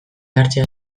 hartzea